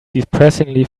depressingly